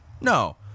No